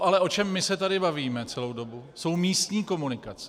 Ale to, o čem my se tady bavíme celou dobu, jsou místní komunikace.